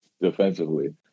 defensively